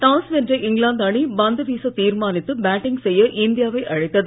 toss வென்ற England அணி பந்து வீச தீர்மானித்து பேட்டிங் செய்ய இந்தியாவை அழைத்தது